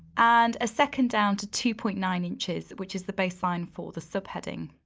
and a second down to two point nine inches, which is the baseline for the subheading.